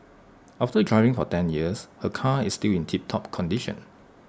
after driving for ten years her car is still in tiptop condition